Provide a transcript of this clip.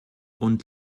und